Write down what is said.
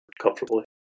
comfortably